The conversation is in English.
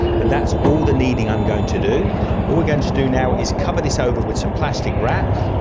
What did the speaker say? and that's all the kneading i'm going to do. what we're going to do now is cover this over with some plastic wrap,